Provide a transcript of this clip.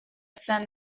esan